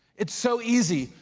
it's so easy,